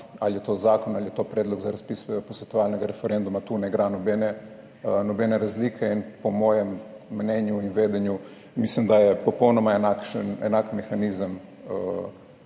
ali je to zakon ali je to predlog za razpis posvetovalnega referenduma, tu ne igra nobene razlike. Po svojem vedenju mislim, da je popolnoma enak mehanizem